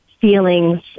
feelings